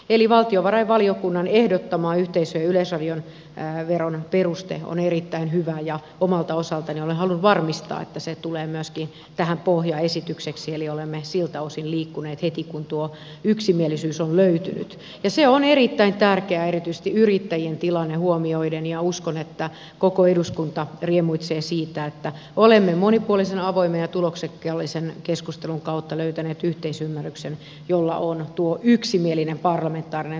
eli valtiovarainvaliokunnan ehdottama yhteisöjen yleisradioveron peruste on erittäin hyvä ja omalta osaltani olen halunnut varmistaa että se tulee myöskin tähän pohjaesitykseksi eli olemme siltä osin liikkuneet heti kun tuo yksimielisyys on löytynyt ja se on erittäin tärkeää erityisesti yrittäjien tilanne huomioiden ja uskon että koko eduskunta riemuitsee siitä että olemme monipuolisen avoimen ja tuloksellisen keskustelun kautta löytäneet yhteisymmärryksen jolla on tuo yksimielinen parlamentaarinen tuki takana